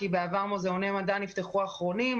כי בעבר מוזיאוני מדע נפתחו אחרונים,